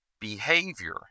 behavior